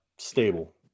Stable